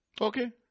Okay